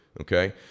okay